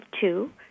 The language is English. two